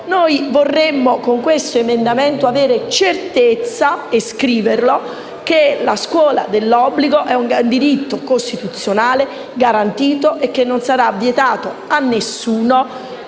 dell'obbligo. Con questo emendamento vorremmo avere certezza, scrivendo che la scuola dell'obbligo è un diritto costituzionale garantito e che non sarà vietata ad alcuno